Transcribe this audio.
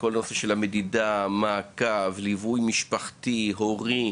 כל הנושא של מדידה, מעקב, ליווי משפחתי והורי.